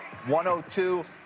102